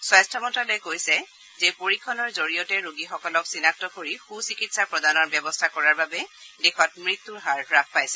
স্বাস্থ্য মন্ত্যালয়ে কৈছে যে পৰীক্ষণৰ জৰিয়তে ৰোগীসকলক চিনাক্ত কৰি সুচিকিৎসা প্ৰদানৰ ব্যৱস্থা কৰাৰ বাবে দেশত মত্যুৰ হাৰ হ্ৰাস পাইছে